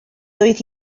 doedd